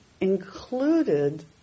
included